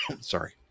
Sorry